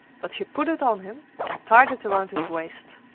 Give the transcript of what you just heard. but she put it on him and tied it around his waist.